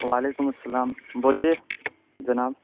وعلیکم السلام بولیے جناب